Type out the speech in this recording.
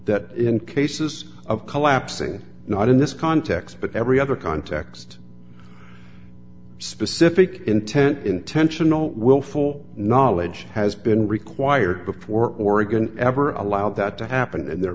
that in cases of collapsing not in this context but every other context specific intent intentional willful knowledge has been required before oregon ever allowed that to happen and they're